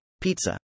pizza